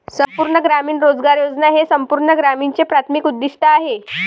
संपूर्ण ग्रामीण रोजगार योजना हे संपूर्ण ग्रामीणचे प्राथमिक उद्दीष्ट आहे